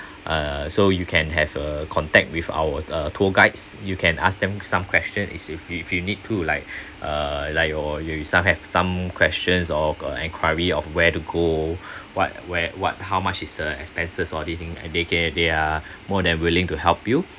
uh so you can have a contact with our uh tour guides you can ask them some question is if you if you need to like uh like or you you still have some questions or uh enquiry of where to go what where what how much is the expenses all this thing and they can they are more than willing to help you